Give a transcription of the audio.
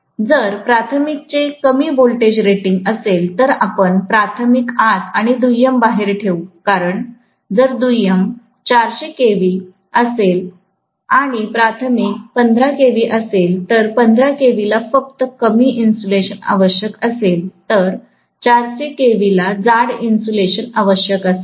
जर प्राथमिक चे कमी व्होल्टेज रेटिंगचे असेल तर आपण प्राथमिक आत आणि दुय्यम बाहेर ठेवू कारण जर दुय्यम 400 KV असेल आणि प्राथमिक 15kV असेल तर 15 kV ला फक्त कमी इन्सुलेशन आवश्यक असेल तर 400kV ला जाड इन्सुलेशन आवश्यक असेल